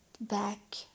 back